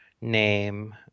name